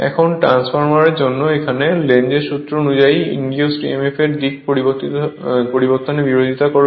এখন ট্রান্সফরমারের জন্য এখানে লেঞ্জের সূত্রLenzs law অনুযায়ী ইন্ডিউজড emf এর দিক পরিবর্তনের বিরোধিতা করবে